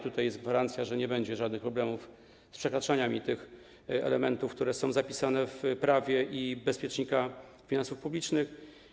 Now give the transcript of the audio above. To jest gwarancja, że nie będzie żadnych problemów z przekroczeniem tych elementów, które są zapisane w prawie, i bezpiecznikiem finansów publicznych.